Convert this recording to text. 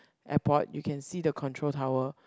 airport you can see the control tower